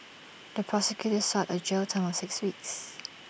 the prosecutor sought A jail term of six weeks